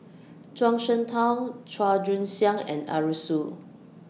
Zhuang Shengtao Chua Joon Siang and Arasu